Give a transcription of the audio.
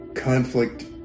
conflict